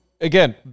again